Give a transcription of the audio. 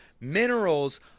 minerals